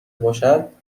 باشد